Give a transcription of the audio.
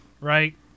right